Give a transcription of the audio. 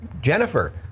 Jennifer